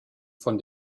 von